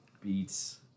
beats